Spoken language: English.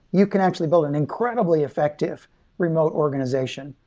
you can actually build an incredibly effective remote organization,